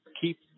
keep